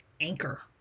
Anchor